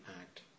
act